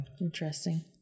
Interesting